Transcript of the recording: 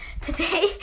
today